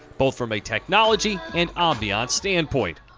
both from a technology and ambiance standpoint.